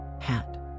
hat